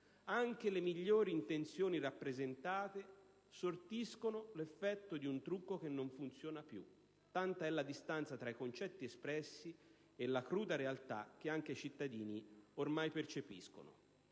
Anche le migliori intenzioni rappresentate sortiscono l'effetto di un trucco che non funziona più, tanta è la distanza tra i concetti espressi e la cruda realtà che anche i cittadini ormai percepiscono.